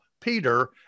Peter